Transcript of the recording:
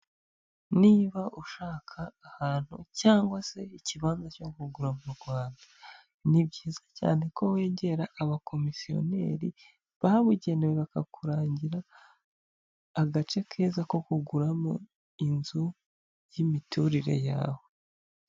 Niba ushaka ahantu cyangwa se ikibanza cyo kugura mu Rwanda, ni byiza cyane ko wegera abakomisiyoneri babugenewe bakakurangira agace keza ko kuguramo inzu y'imiturire yawe.